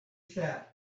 sat